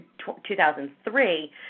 2003